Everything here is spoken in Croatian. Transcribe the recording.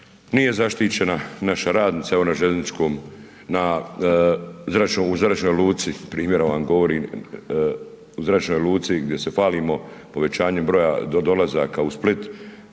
Nije zaštićena naša radnica na, u zračnoj luci, primjer vam govorim, u zračnoj luci gdje se hvalimo povećanjem broja dolazaka u Split